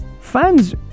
fans